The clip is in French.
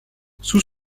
sous